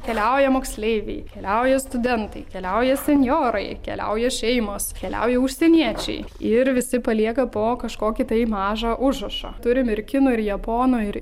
keliauja moksleiviai keliauja studentai keliauja senjorai keliauja šeimos keliauja užsieniečiai ir visi palieka po kažkokį tai mažą užrašą turim ir kinų ir japonų ir